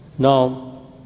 Now